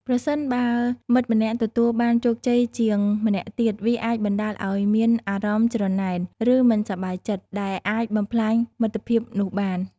ប្រសិនបើមិត្តម្នាក់ទទួលបានជោគជ័យជាងម្នាក់ទៀត វាអាចបណ្ដាលឱ្យមានអារម្មណ៍ច្រណែន ឬមិនសប្បាយចិត្ត ដែលអាចបំផ្លាញមិត្តភាពនោះបាន ។